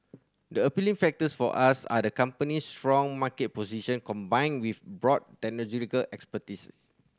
the appealing factors for us are the company's strong market position combined with broad technological expertise